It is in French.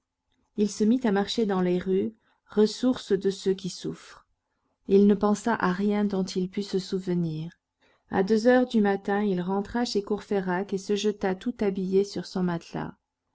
il se mit à marcher dans les rues ressource de ceux qui souffrent il ne pensa à rien dont il pût se souvenir à deux heures du matin il rentra chez courfeyrac et se jeta tout habillé sur son matelas